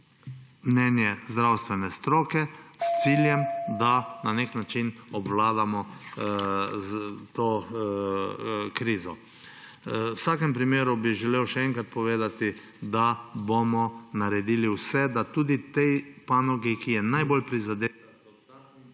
mnenje zdravstvene stroke s ciljem, da na nek način obvladamo to krizo. V vsakem primeru bi želel še enkrat povedati, da bomo naredili vse, da tudi tej panogi, ki je najbolj …